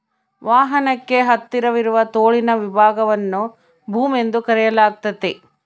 ವಾಹನಕ್ಕೆ ಹತ್ತಿರವಿರುವ ತೋಳಿನ ವಿಭಾಗವನ್ನು ಬೂಮ್ ಎಂದು ಕರೆಯಲಾಗ್ತತೆ